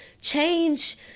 change